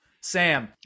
Sam